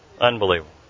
Unbelievable